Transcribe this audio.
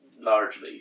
largely